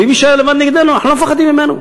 ואם הוא יישאר לבד נגדנו, אנחנו לא פוחדים ממנו.